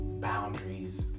boundaries